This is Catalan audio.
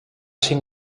cinc